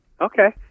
Okay